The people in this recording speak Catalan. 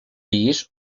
llis